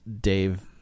Dave